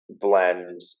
blend